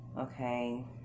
okay